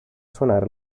suonare